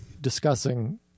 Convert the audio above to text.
discussing